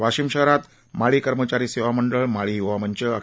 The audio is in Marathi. वाशीम शहरात माळी कर्मचारी सेवा मंडळ माळी य्वा मंच अ